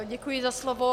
Děkuji za slovo.